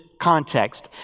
context